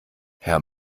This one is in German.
herr